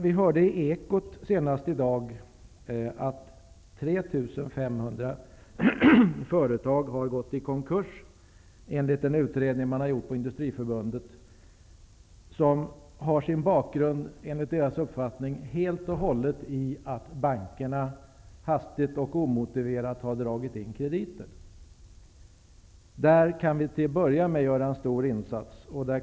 Vi hörde senast i Ekot i dag att enligt en utredning som gjorts på Industriförbundet har 3 500 företag gått i konkurs på grund av att bankerna hastigt och omotiverat har dragit in krediter. Där kan vi till att börja med göra en stor insats.